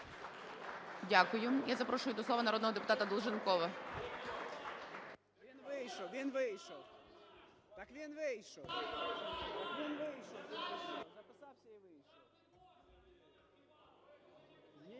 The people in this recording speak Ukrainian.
Дякую. Я запрошую до слова народного депутата Батенка.